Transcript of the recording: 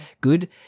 Good